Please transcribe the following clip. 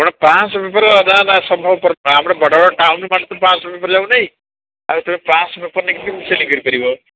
କ'ଣ ପାଞ୍ଚଶହ ପେପର୍ ନାଁ ନାଁ ସମ୍ଭବପର ଆମର ବଡ଼ ବଡ଼ ଟାଉନ୍ମାନଙ୍କରେ ପାଞ୍ଚଶହ ପେପର୍ ଯାଉ ନାହିଁ ଆଉ ତୁମେ ପାଞ୍ଚଶହ ପେପର୍ ନେଇକି କେମିତି ସେଲିଙ୍ଗ୍ କରି ପାରିବ